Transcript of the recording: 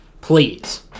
Please